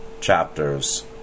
chapters